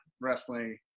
wrestling